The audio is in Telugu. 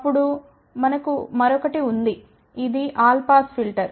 అప్పుడు మనకు మరొకటి ఉంది ఇది ఆల్ పాస్ ఫిల్టర్